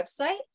website